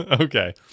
Okay